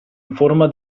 informa